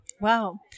Wow